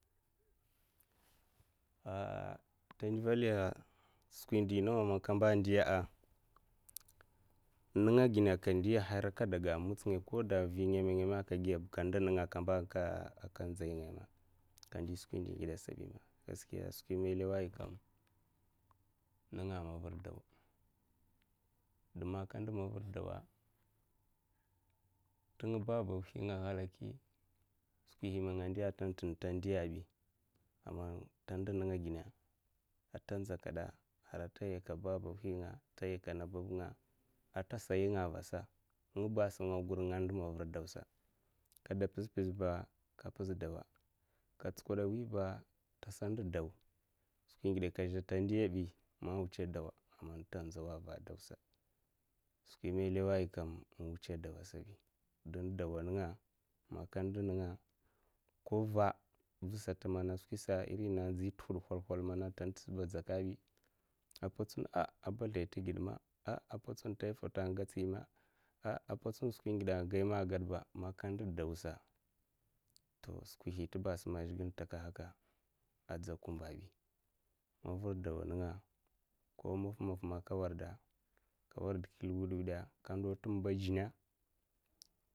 A' te ndvelya skwi indi ndawa a' kawa ndiyaa, ninga gina a, ka ndiya'a, har a' kaga mitsi ngaua koda vhi ngeme ngeme a' ka giyaba kamba ka nzai ngama ka ndi skwi ndi ngide bima ninga'a, mabir da skwi man ilawa yika ninga'a, mavir dawa'a, ndo man ka ndow mavir dawa'a, ting babba nga a, ghalaki skwi man nga ndiya'a, tantan'na ta ndiyabi aman ta ndi ninga'a, gina a, ta ndiyabi aman ta ndi ninga'a, gina a, ta nzakada hara ta yau babub hinga a ta yakad babnga a, ta sa yinga a vasaa, ngabasa ngagir nga ndou mavir dawsa'a, ko phiz phiz ka phiz mavir dawa'a, ka tsikadam wibi ta sa ndow daw skwi ngide man ta ndi bi sai mavir dawa'a, a ta nzawa'a, va daw sa skwi man ilawa'a, a, iyikam skwi man inwutsa dawa'a, zhebi ding dawa'a, ninga ko va, va sat kam iri in'nzi tuhot sat kam a, ngatsi tsin skwi in'ingide a'ngatsi ma aka gad ba ma ka ndi dawsa to skwi intiba basa man zhekle in taka haka a'dzak kumba a, bi mavir daw ninga ko maf maffa a, ka warda kilwid wida'a, ka ndaa tamba a, jina.